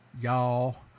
y'all